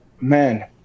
man